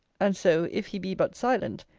and so if he be but silent,